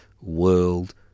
world